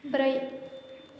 ब्रै